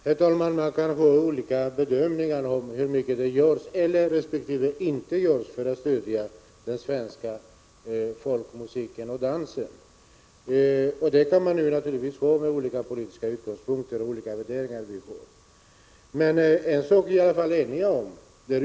Herr talman! Man kan ha olika bedömningar om hur mycket som görs eller inte görs för att stödja den svenska folkmusiken och folkdansen. Naturligtvis kan man ha olika utgångspunkter och olika värderingar. En sak är vi emellertid eniga om.